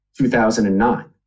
2009